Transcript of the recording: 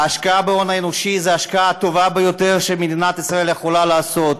ההשקעה בהון האנושי זו ההשקעה הטובה ביותר שמדינת ישראל יכולה לעשות.